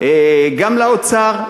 גם לאוצר,